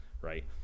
right